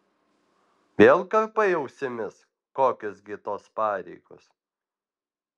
vėl karpai ausimis kokios gi tos pareigos